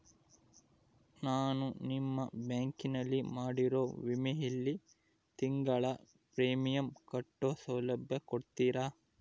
ನಾನು ನಿಮ್ಮ ಬ್ಯಾಂಕಿನಲ್ಲಿ ಮಾಡಿರೋ ವಿಮೆಯಲ್ಲಿ ತಿಂಗಳ ಪ್ರೇಮಿಯಂ ಕಟ್ಟೋ ಸೌಲಭ್ಯ ಕೊಡ್ತೇರಾ?